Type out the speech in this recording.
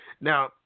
Now